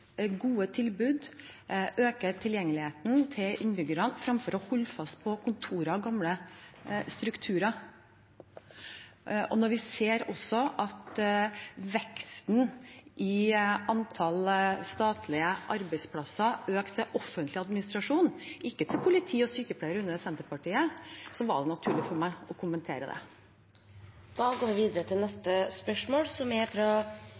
gode tilbud og øke tilgjengeligheten for innbyggerne fremfor å holde fast på kontorer og gamle strukturer. Når vi også ser at veksten i antallet statlige arbeidsplasser økte innen offentlig administrasjon og ikke politi og sykepleiere under Senterpartiet, var det naturlig for meg å kommentere det.